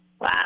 Wow